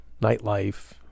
nightlife